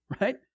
right